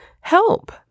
Help